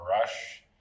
rush